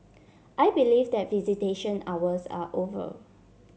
I believe that visitation hours are over